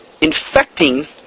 infecting